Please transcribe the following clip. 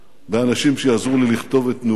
באנשים שיעזרו לי לכתוב את נאומי.